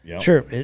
Sure